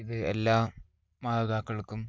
ഇത് എല്ലാ മാതാക്കൾക്കും